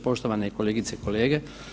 Poštovane kolegice i kolege.